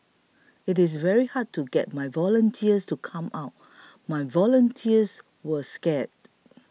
it is very hard to get my volunteers to come out my volunteers were scared